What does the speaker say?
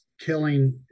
killing